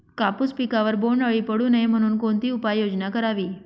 कापूस पिकावर बोंडअळी पडू नये म्हणून कोणती उपाययोजना करावी?